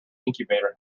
incubator